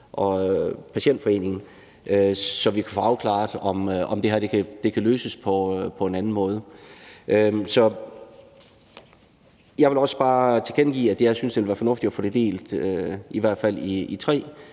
og Patientforeningen, så vi kan få afklaret, om det her kan løses på en anden måde. Jeg vil også bare tilkendegive, at jeg synes, at det ville være fornuftigt at få det delt i hvert fald i tre,